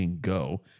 go